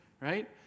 right